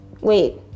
Wait